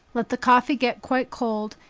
let the coffee get quite cold,